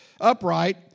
upright